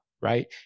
right